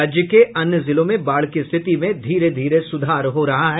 राज्य के अन्य जिलों में बाढ़ की स्थिति में धीरे धीरे सुधार हो रहा है